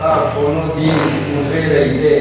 ता कोनो दिन उतरे रहिथे